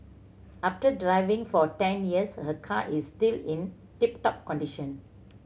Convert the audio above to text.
after driving for ten years her car is still in tip top condition